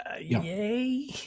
yay